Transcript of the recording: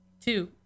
two